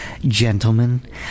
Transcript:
Gentlemen